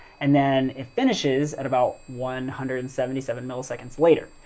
and then it finishes at about one hundred and seventy seven milliseconds later.